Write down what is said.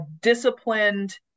disciplined